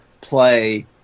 play